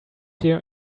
here